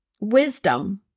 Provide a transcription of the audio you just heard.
wisdom